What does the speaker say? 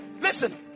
Listen